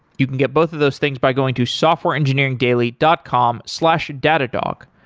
you can get both of those things by going to softwareengineeringdaily dot com slash datadog.